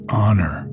honor